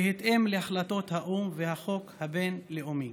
בהתאם להחלטות האו"ם והחוק הבין-לאומי.